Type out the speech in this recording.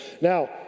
Now